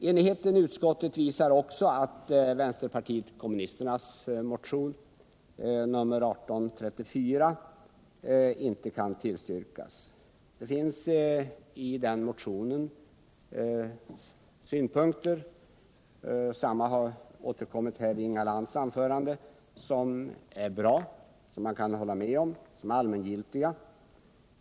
Enigheten i utskottet visar också att vänsterpartiet kommunisternas motion 1834 inte kan tillstyrkas. Den motionen innehåller synpunkter som är bra och som också har återkommit i Inga Lantz anförande. Man kan alltså instämma i dessa synpunkter, som är allmängiltiga.